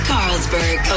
Carlsberg